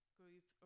group